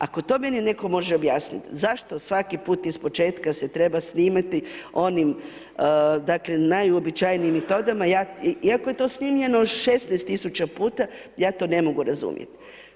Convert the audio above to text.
Ako to meni netko može objasniti, zašto svaki put iz početka se treba snimati onim dakle, najuobičajenijim metodama, iako je to snimljeno 16 tisuća puta, ja to ne mogu razumjeti.